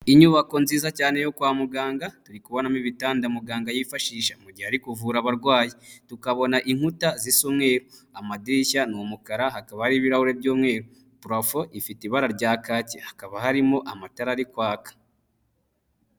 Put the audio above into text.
Inyubako nziza cyane yo kwa muganga, turi kubonamo ibitanda muganga yifashisha mu gihe ari kuvura abarwayi, tukabona inkuta zisa umweru, amadirishya ni umukara hakaba hariho ibirahure by'umweru. Purafo ifite ibara rya kake, hakaba harimo amatara ari kwaka.